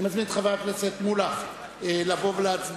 אני מזמין את חבר הכנסת שלמה מולה לבוא ולהציג